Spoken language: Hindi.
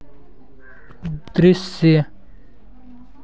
दृश्य